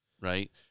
Right